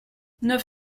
neuf